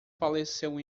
faleceu